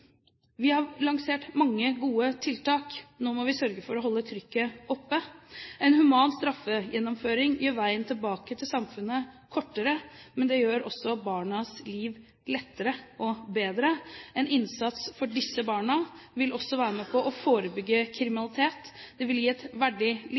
Vi har lansert mange gode tiltak. Nå må vi sørge for å holde trykket oppe. En human straffegjennomføring gjør veien tilbake til samfunnet kortere, men det gjør også barnas liv lettere og bedre. En innsats for disse barna vil også være med på å forebygge